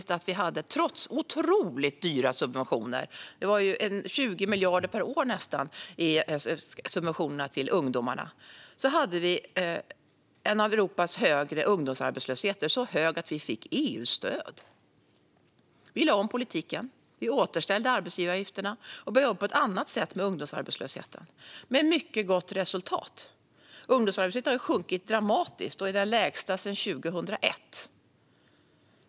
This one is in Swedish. Trots otroligt dyra subventioner - det var nästan 20 miljarder per år i subventioner till ungdomarna - hade vi en ungdomsarbetslöshet som var bland de högre i Europa. Den var så hög att vi fick EU-stöd. Vi lade om politiken. Vi återställde arbetsgivaravgifterna och började jobba på ett annat sätt med ungdomsarbetslösheten - med mycket gott resultat. Ungdomsarbetslösheten har sjunkit dramatiskt och är den lägsta sedan 2001.